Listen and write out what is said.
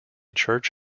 church